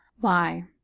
why,